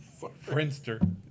Friendster